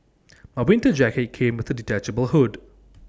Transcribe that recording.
my winter jacket came with A detachable hood